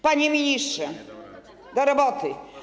Panie ministrze, do roboty.